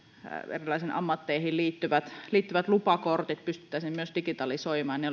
erilaisiin ammatteihin liittyvät liittyvät lupakortit pystyttäisiin myös digitalisoimaan ja